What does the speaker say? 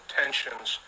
tensions